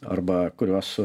arba kuriuos